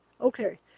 Okay